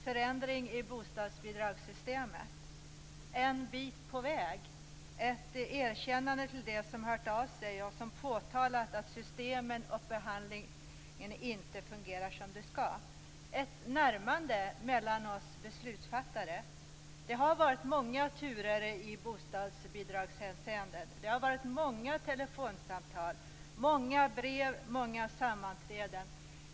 Förändring i bostadsbidragssystemet. En bit på väg. Ett erkännande till dem som hört av sig och som påtalat att systemet och behandlingen inte fungerar som det skall. Ett närmande mellan oss beslutsfattare. Det har varit många turer i bostadsbidragshänseende. Det har varit många telefonsamtal, många brev, många sammanträden.